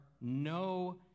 no